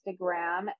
Instagram